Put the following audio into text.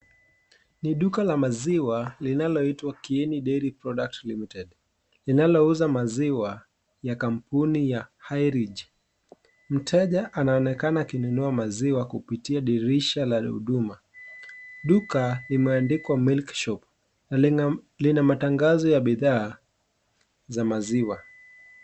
Ni duka la maziwa linaloitwa Kieni Dairy Products Limited linalouza maziwa ya kampuni ya High Ridge. Mteja anaonekana akinunua maziwa kupitia dirisha la huduma. Duka limeandikwa milk shop na lina matangazo ya bibhaa za maziwa.